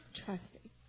trusting